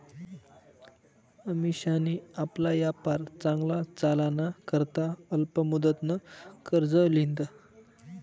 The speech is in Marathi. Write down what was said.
अमिशानी आपला यापार चांगला चालाना करता अल्प मुदतनं कर्ज ल्हिदं